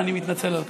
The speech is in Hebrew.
ואני מתנצל על כך.